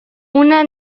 una